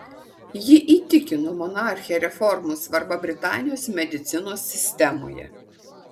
ji įtikino monarchę reformų svarba britanijos medicinos sistemoje